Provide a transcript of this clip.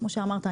כמו שאמרת,